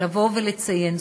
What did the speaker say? לבוא ולציין,